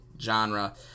genre